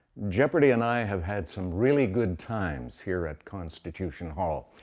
jeopardy! and i have had some really good times here at constitution hall,